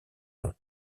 nom